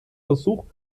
versuch